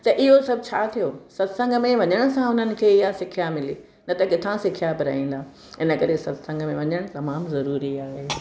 त इहो सभु छा थियो सत्संग में वञण सां उन्हनि खे इहा सिख्या मिली न त किथां सिखिया वापराईंदा इन करे सत्संग में वञणु तमामु ज़रूरी आहे